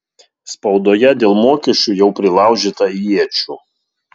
spaudoje dėl mokesčių jau prilaužyta iečių